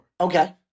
Okay